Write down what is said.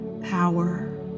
power